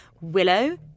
Willow